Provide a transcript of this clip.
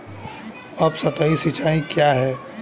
उपसतही सिंचाई क्या है?